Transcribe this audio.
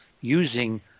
using